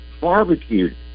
barbecued